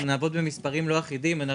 אנחנו נעבוד במספרים לא אחידים.